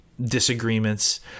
disagreements